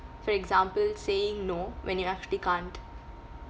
for example saying no when you actually can't